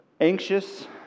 anxious